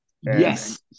Yes